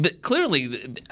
clearly